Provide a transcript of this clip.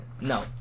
No